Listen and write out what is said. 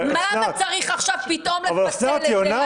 למה צריך עכשיו פתאום לפצל את זה?